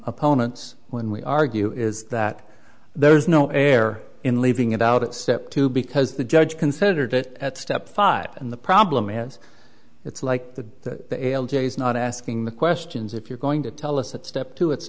opponents when we argue is that there is no air in leaving it out at step two because the judge considered it at step five and the problem is it's like that is not asking the questions if you're going to tell us that step two it's